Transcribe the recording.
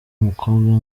mukobwa